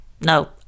No